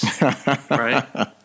Right